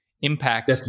impact